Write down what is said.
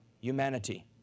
humanity